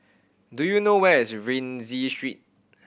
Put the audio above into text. do you know where is Rienzi Street